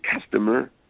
customer